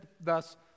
thus